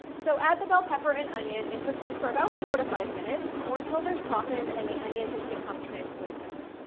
so, add the bell pepper and onion, and cook them for about four to five minutes, or until they're softened and the onion has become translucent.